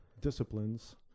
disciplines